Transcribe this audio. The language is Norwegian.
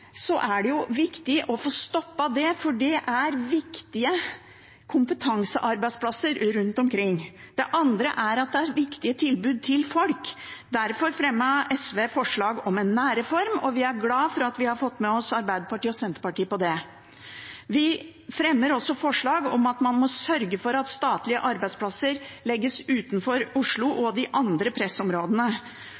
er det viktig å få stoppet sentraliseringen, for det er viktige kompetansearbeidsplasser rundt omkring. Det andre er at det handler om viktige tilbud til folk. Derfor fremmet SV forslag om en nærhetsreform, og vi er glad for at vi har fått med oss Arbeiderpartiet og Senterpartiet på det. Vi fremmer også forslag om at man må sørge for at statlige arbeidsplasser legges utenfor Oslo og